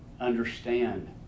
understand